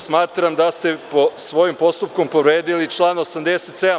smatram da ste svojim postupkom povredili član 87.